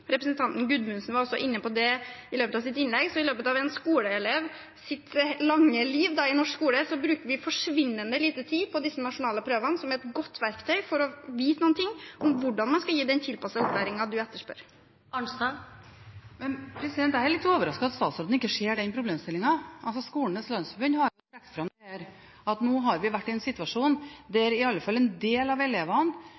Representanten Gudmundsen var også inne på det i løpet av sitt innlegg. I løpet av en skoleelevs lange liv i norsk skole bruker vi forsvinnende lite tid på disse nasjonale prøvene, som er et godt verktøy for å få vite noe om hvordan man skal gi den tilpassede undervisningen representanten etterspør. Jeg er litt overrasket over at statsråden ikke ser den problemstillingen. Skolenes landsforbund har trukket fram at vi nå har vært i en situasjon